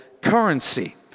currency